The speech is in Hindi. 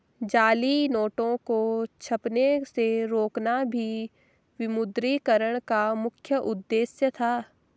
जाली नोटों को छपने से रोकना भी विमुद्रीकरण का मुख्य उद्देश्य था